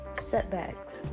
setbacks